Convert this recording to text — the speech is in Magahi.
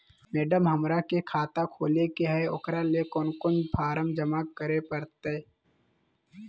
मैडम, हमरा के खाता खोले के है उकरा ले कौन कौन फारम जमा करे परते?